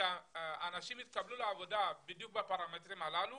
שאנשים יתקבלו לעבודה בדיוק בפרמטרים הללו,